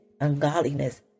ungodliness